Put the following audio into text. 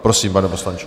Prosím, pane poslanče.